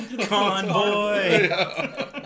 convoy